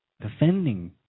defending